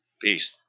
Peace